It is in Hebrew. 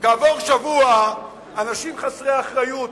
כעבור שבוע אנשים חסרי אחריות,